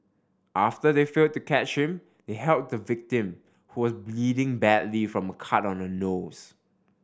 after they failed to catch him they helped the victim who was bleeding badly from a cut on her nose